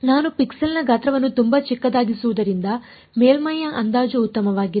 ನಾನು ಪಿಕ್ಸೆಲ್ನ ಗಾತ್ರವನ್ನು ತುಂಬಾ ಚಿಕ್ಕದಾಗಿಸುವುದರಿಂದ ಮೇಲ್ಮೈಯ ಅಂದಾಜು ಉತ್ತಮವಾಗಿದೆ